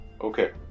Okay